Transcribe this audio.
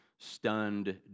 stunned